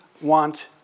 want